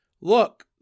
Look